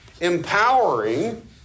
empowering